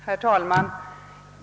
Herr talman!